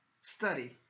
study